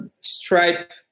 Stripe